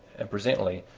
and presently,